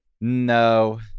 No